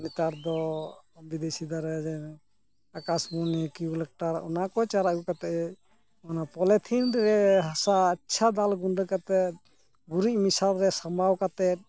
ᱱᱮᱛᱟᱨ ᱫᱚ ᱵᱤᱫᱮᱥᱤ ᱫᱟᱨᱮ ᱟᱠᱟᱥᱢᱩᱱᱤ ᱤᱭᱩᱠᱮᱞᱯᱚᱴᱟᱥ ᱚᱱᱟ ᱠᱚ ᱪᱟᱨᱟ ᱟᱹᱜᱩ ᱠᱟᱛᱮᱫ ᱚᱱᱟ ᱯᱚᱞᱤᱛᱷᱤᱱ ᱨᱮ ᱦᱟᱥᱟ ᱟᱪᱪᱷᱟ ᱫᱟᱞ ᱜᱩᱸᱰᱟᱹ ᱠᱟᱛᱮᱫ ᱜᱩᱨᱤᱡ ᱢᱮᱥᱟᱞ ᱨᱮ ᱥᱟᱢᱵᱟᱣ ᱠᱟᱛᱮᱫ